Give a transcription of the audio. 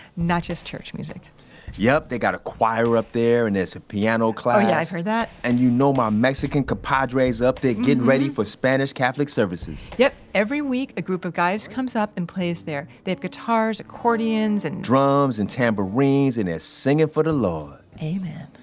not just church music yep, they got a choir up there and there's a piano class oh yeah, i've heard that and you know my mexican compadres up there getting ready for spanish catholic services yep, every week, a group of guys comes up and plays there. they have guitars, accordions, and, drums and tambourines. they're ah singing for the lord amen.